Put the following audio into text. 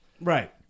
Right